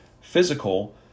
physical